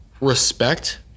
respect